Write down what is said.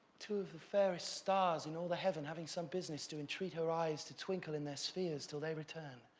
two of the fairest stars in all the heaven, having some business, do entreat her eyes to twinkle in their spheres till they return.